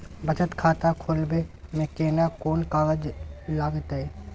बचत खाता खोलबै में केना कोन कागज लागतै?